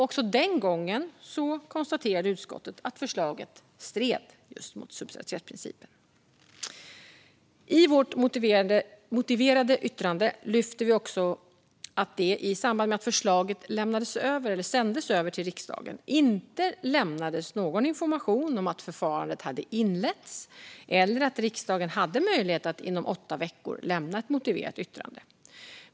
Även den gången konstaterade utskottet att förslaget stred mot subsidiaritetsprincipen. I vårt motiverade yttrande lyfter vi också att det i samband med att förslaget sändes över till riksdagen inte lämnades någon information om att förfarandet hade inletts eller att riksdagen hade möjlighet att inom åtta veckor lämna ett motiverat yttrande.